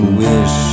wish